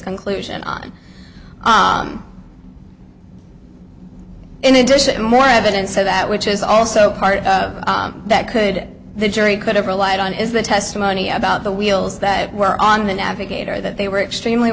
conclusion on in addition more evidence of that which is also part of that could the jury could have relied on is the testimony about the wheels that were on the navigator that they were extremely